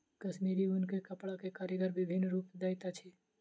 कश्मीरी ऊन के कपड़ा के कारीगर विभिन्न रूप दैत अछि